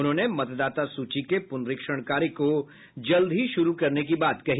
उन्होंने मतदाता सूची के पुनरीक्षण कार्य को जल्द ही शुरू करने की बात कही